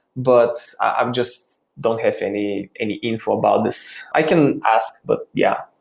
but i'm just don't have any any info about this. i can ask, but yeah.